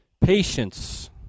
patience